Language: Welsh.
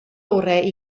orau